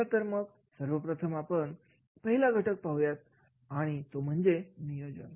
चला तर मगसर्वप्रथम आपण पहिला घटक पाहूयातआणि तो म्हणजे नियोजन